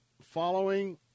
following